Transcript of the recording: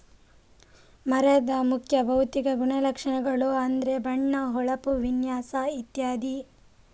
ಮರದ ಮುಖ್ಯ ಭೌತಿಕ ಗುಣಲಕ್ಷಣಗಳು ಅಂದ್ರೆ ಬಣ್ಣ, ಹೊಳಪು, ವಿನ್ಯಾಸ ಇತ್ಯಾದಿ